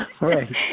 Right